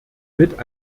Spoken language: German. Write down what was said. mit